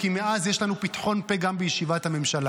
כי מאז יש לנו פתחון פה גם בישיבת הממשלה.